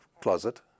closet